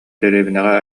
дэриэбинэҕэ